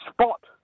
spot